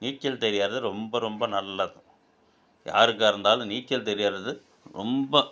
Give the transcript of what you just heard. நீச்சல் தெரியுறது ரொம்ப ரொம்ப நல்லது யாருக்கா இருந்தாலும் நீச்சல் தெரியுறது ரொம்ப